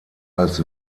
als